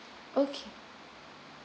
okay